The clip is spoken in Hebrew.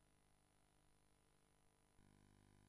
זה